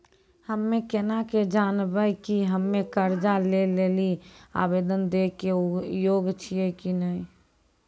हम्मे केना के जानबै कि हम्मे कर्जा लै लेली आवेदन दै के योग्य छियै कि नै?